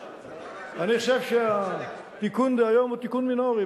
אני חושב שהתיקון דהיום הוא תיקון מינורי.